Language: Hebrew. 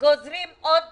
גוזרים עוד